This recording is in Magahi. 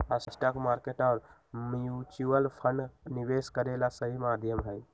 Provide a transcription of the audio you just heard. स्टॉक मार्केट और म्यूच्यूअल फण्ड निवेश करे ला सही माध्यम हई